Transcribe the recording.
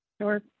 Sure